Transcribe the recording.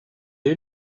est